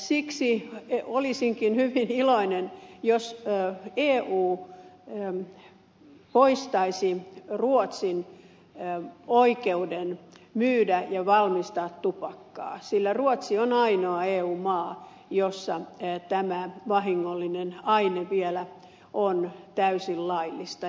siksi olisinkin hyvin iloinen jos eu poistaisi ruotsin oikeuden myydä ja valmistaa tupakkaa sillä ruotsi on ainoa eu maa jossa tämä vahingollinen aine vielä on täysin laillista